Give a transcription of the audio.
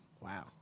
Wow